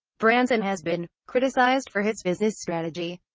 branson has been criticised for his business strategy,